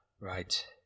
Right